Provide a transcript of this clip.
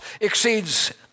exceeds